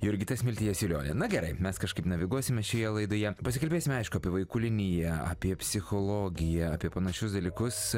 jurgita smiltė jasiulionė na gerai mes kažkaip naviguosime šioje laidoje pasikalbėsime aišku apie vaikų liniją apie psichologiją apie panašius dalykus